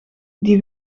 die